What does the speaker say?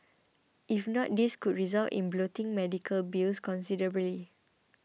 if not this could result in bloating medical bills considerably